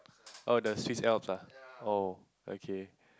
oh the Swiss Alps oh okay